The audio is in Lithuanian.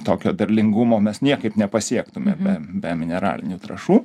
tokio derlingumo mes niekaip nepasiektume be be mineralinių trąšų